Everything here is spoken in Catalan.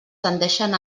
tendeixen